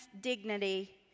dignity